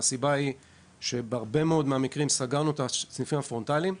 הסיבה היא שבהרבה מאוד מהמקרים סגרנו את הסניפים הפרונטליים,